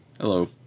hello